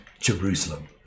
Jerusalem